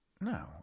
No